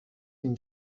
این